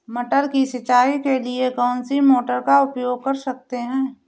मटर की सिंचाई के लिए कौन सी मोटर का उपयोग कर सकते हैं?